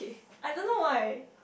I don't know why